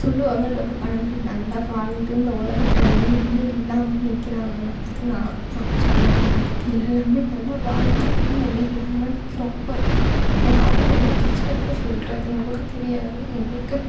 சொல்வாங்கள்ல ஒரு பழமொழி நல்லா வாழ்ந்து இந்த உலகத்துல ஒன்றுமே இல்லாமல் நிற்கிறாங்கன்னா அது நான் தான் சொல்லப்போனால் எல்லாம் நல்லா வாழ்ந்து ஒன்றுமே இல்லாமல் நிற்கிறோம் இப்போ யார்ட்ட எங்கள் கஷ்டத்தை சொல்கிறதுன்னு கூட தெரியாது எங்களுக்கு